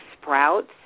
sprouts